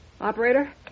Operator